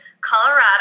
Colorado